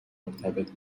مرتبط